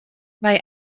vai